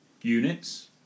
units